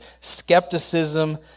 skepticism